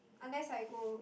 unless I go